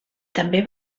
també